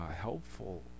helpful